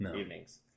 evenings